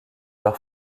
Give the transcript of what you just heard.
leur